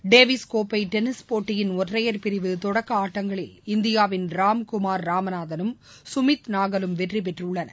டேவிஸ்கோப்பை tennis போட்டியின் ஒற்றையர் பிரிவு தொடக்க ஆட்டங்களில் இந்தியாவின் ராம்குமார் ராமநாதனும் சுமித் நாகலும் வெற்றிபெற்றுள்ளனர்